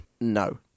no